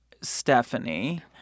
Stephanie